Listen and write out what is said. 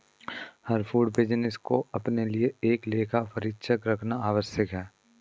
हर food business को अपने लिए एक लेखा परीक्षक रखना आवश्यक है